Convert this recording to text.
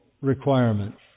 requirements